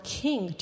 king